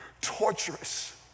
torturous